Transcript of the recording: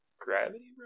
gravity